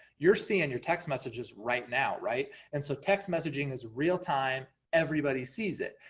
you're seeing your text messages right now, right? and so text messaging is real time, everybody sees it.